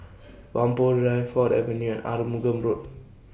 Whampoa Drive Ford Avenue Arumugam Road